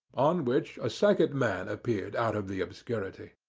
on which a second man appeared out of the obscurity.